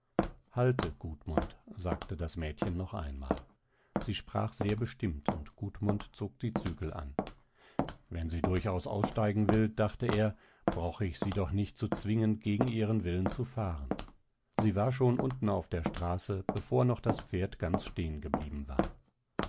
halte gudmund sagte das mädchen noch einmal sie sprach sehr bestimmt und gudmund zog die zügel an wenn sie durchaus aussteigen will dachte er brauche ich sie doch nicht zu zwingen gegen ihren willen zu fahren sie war schon unten auf der straße bevor noch das pferd ganz stehengeblieben war